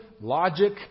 logic